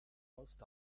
most